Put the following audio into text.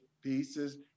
pieces